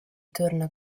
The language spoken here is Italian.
torna